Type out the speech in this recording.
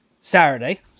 Saturday